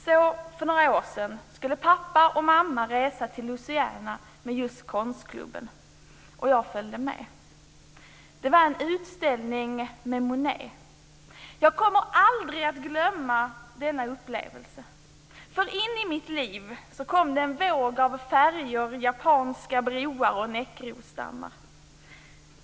Så, för några år sedan, skulle pappa och mamma resa till Louisiana med just konstklubben, och jag följde med. Det var en utställning med Monet. Jag kommer aldrig att glömma denna upplevelse. In i mitt liv kom en våg av färger, japanska broar och näckrosdammar.